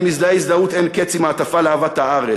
אני מזדהה הזדהות אין-קץ עם ההטפה לאהבת הארץ,